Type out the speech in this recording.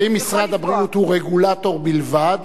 האם משרד הבריאות הוא רגולטור בלבד,